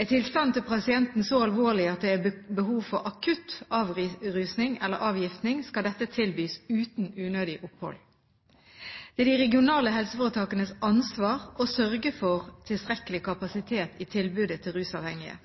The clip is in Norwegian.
Er tilstanden til pasienten så alvorlig at det er behov for akutt avrusning eller avgiftning, skal dette tilbys uten unødig opphold. Det er de regionale helseforetakenes ansvar å sørge for tilstrekkelig kapasitet i tilbudet til rusavhengige.